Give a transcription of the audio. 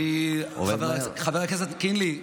חבר הכנסת קינלי,